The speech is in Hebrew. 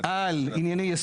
בחברה הערבית זה בדיוק העניין.